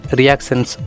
reactions